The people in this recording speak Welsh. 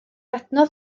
adnodd